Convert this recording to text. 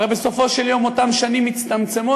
הרי בסופו של יום אותן שנים מצטמצמות